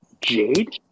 Jade